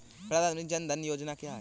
प्रधानमंत्री जन धन योजना क्या है?